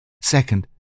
Second